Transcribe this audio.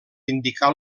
indicar